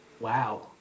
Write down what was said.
wow